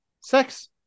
Sex